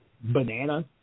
banana